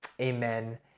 Amen